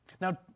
Now